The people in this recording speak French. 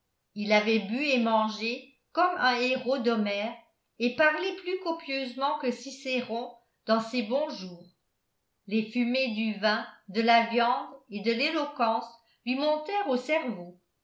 il avait bu et mangé comme un héros d'homère et parlé plus copieusement que cicéron dans ses bons jours les fumées du vin de la viande et de l'éloquence lui montèrent au cerveau